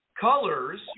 colors